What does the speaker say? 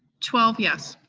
twelve yes.